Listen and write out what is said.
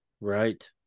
Right